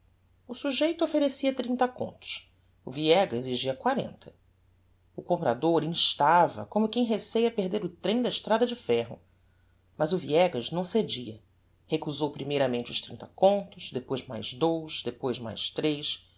o sujeito offerecia trinta contos o viegas exigia quarenta o comprador instava como quem receia perder o trem da estrada de ferro mas o viegas não cedia recusou primeiramente os trinta contos depois mais dous depois mais tres